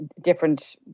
different